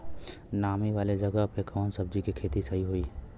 नामी वाले जगह पे कवन सब्जी के खेती सही होई?